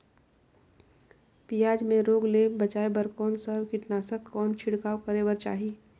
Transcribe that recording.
पियाज मे रोग ले बचाय बार कौन सा कीटनाशक कौन छिड़काव करे बर चाही?